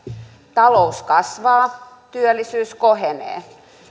talous kasvaa työllisyys kohenee